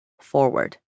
forward